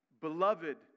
Beloved